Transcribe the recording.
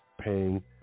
paying